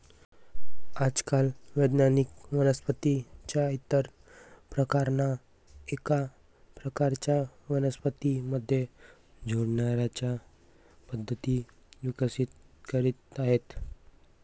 आजकाल वैज्ञानिक वनस्पतीं च्या इतर प्रकारांना एका प्रकारच्या वनस्पतीं मध्ये जोडण्याच्या पद्धती विकसित करीत आहेत